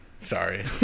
Sorry